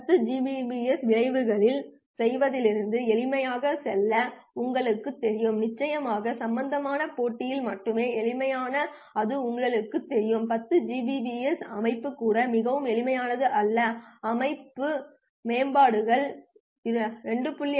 எவ்வாறாயினும் 10 Gbps விசைகளில் செய்வதிலிருந்து எளிமையாக செல்ல எங்களுக்குத் தெரியும் நிச்சயமாக சம்பந்தமான போட்டியில் மட்டுமே எளிமையானது என்று உங்களுக்குத் தெரியும் 10 Gbps அமைப்பு கூட மிகவும் எளிமையானது அல்ல அமைப்பு மேம்பாடுகள் 2